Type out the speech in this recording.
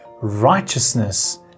righteousness